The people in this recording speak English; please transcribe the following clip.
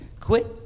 Quit